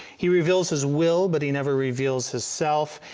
he reveals his will but he never reveals himself.